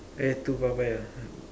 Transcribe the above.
eh two Papaya